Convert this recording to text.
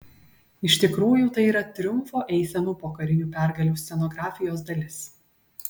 iš tikrųjų tai yra triumfo eisenų po karinių pergalių scenografijos dalis